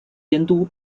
监督